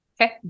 okay